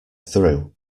through